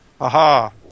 Aha